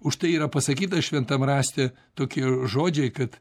už tai yra pasakyta šventam rašte tokie žodžiai kad